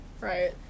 Right